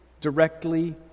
directly